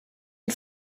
and